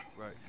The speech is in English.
Right